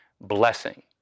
blessing